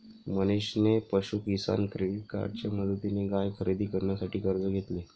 मनीषने पशु किसान क्रेडिट कार्डच्या मदतीने गाय खरेदी करण्यासाठी कर्ज घेतले